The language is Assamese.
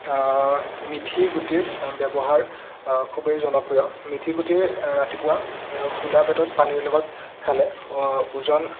মিথিগুটিৰ ব্যৱহাৰ খুবেই জনপ্ৰিয় মিথিগুটি ৰাতিপুৱা শুদা পেটত পানীৰ লগত খালে ওজন